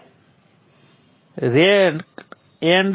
તમે ફક્ત તે સ્ક્રિપ્ટ ફાઇલ રન કરી શકો છો